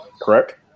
correct